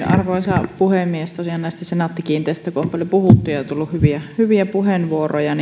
arvoisa puhemies tosiaan senaatti kiinteistöistä on paljon puhuttu ja on tullut hyviä hyviä puheenvuoroja